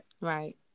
right